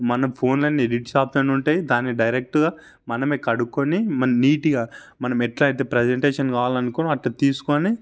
మన ఫోనులోనే edits option ఉంటాయి దాన్ని డైరెక్ట్గా మనమే కడుక్కొని నీట్గా మనం ఎట్లా అయితే ప్రజంటేషన్ కావాలనుకున్నామో అట్లా తీసుకొని